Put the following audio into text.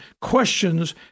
questions